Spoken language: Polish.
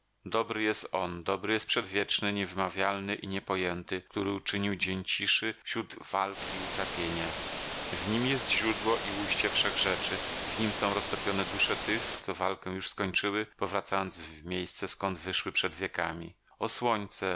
dobry jest on dobry jest przedwieczny niewymawialny i niepojęty który uczynił dzień ciszy wśród walk i utrapienia w nim jest źródło i ujście wszechrzeczy w nim są roztopione dusze tych co walkę już skończyły powracając w miejsce skąd wyszły przed wiekami o słońce